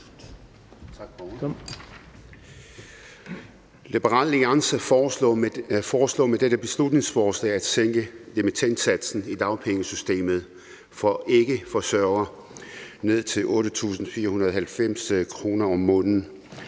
Liberal Alliance foreslår med dette beslutningsforslag at sætte dimittendsatsen i dagpengesystemet for ikkeforsørgere ned til 8.490 kr. om måneden.